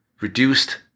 reduced